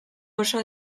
oso